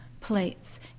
plates